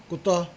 ਕੁੱਤਾ